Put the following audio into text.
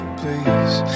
please